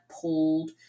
pulled